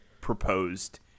proposed